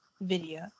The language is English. video